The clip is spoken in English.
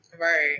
Right